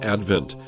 Advent